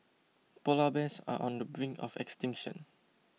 Polar Bears are on the brink of extinction